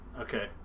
Okay